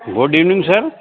good evening sir